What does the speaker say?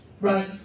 right